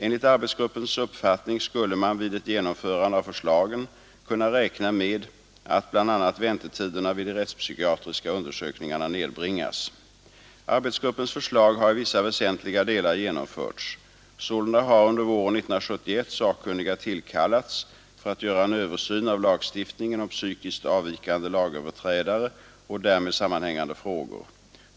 Enligt arbetsgruppens uppfattning skulle man vid ett genomförande av förslagen kunna räkna med att bl.a. väntetiderna vid de rättspsykiatriska undersökningarna nedbringas. Arbetsgruppens förslag har i vissa väsentliga delar genomförts. Sålunda har under våren 1971 sakkunniga tillkallats för att göra en översyn av lagstiftningen om psykiskt avvikande lagöverträdare och därmed sammanhängande frågor.